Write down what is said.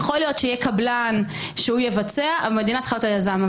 יכול להיות שיהיה קבלן שיבצע אבל המדינה צריכה להיות היזם.